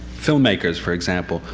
filmmakers, for example,